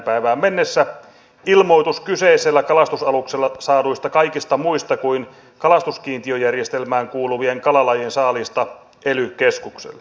päivään mennessä ilmoitus kyseisellä kalastusaluksella saaduista kaikista muista kuin kalastuskiintiöjärjestelmään kuuluvien kalalajien saaliista ely keskukselle